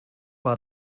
war